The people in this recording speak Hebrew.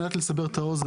על מנת לסבר את האוזן,